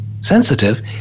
sensitive